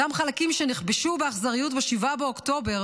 אותם חלקים שנכבשו באכזריות ב-7 באוקטובר